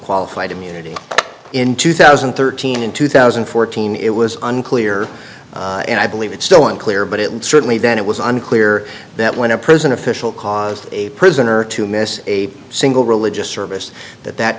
qualified immunity in two thousand and thirteen and two thousand and fourteen it was unclear and i believe it's still unclear but it certainly then it was unclear that when a prison official caused a prisoner to miss a single religious service that